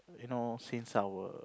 you know since our